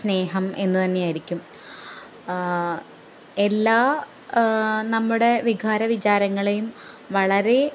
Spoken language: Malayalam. സ്നേഹം എന്നുതന്നെ ആയിരിക്കും എല്ലാ നമ്മുടെ വികാര വിചാരങ്ങളെയും വളരെ